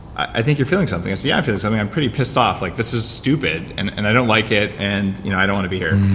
i think you're feeling something. i said, yeah. i'm feeling something. i'm pretty pissed off. like this is stupid. and and i don't like it. and you know i don't want to be here.